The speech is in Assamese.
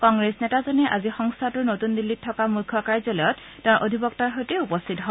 কংগ্ৰেছ নেতাজনে আজি সংস্থাটোৰ নতুন দিল্লীত থাক মুখ্য কাৰ্যালয়ত তেওঁৰ অধিবক্তাৰ সৈতে উপস্থিত হয়